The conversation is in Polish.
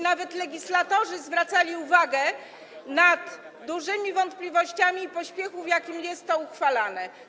Nawet legislatorzy zwracali uwagę na duże wątpliwości i pośpiech, w jakim jest to uchwalane.